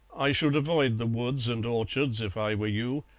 i should avoid the woods and orchards if i were you,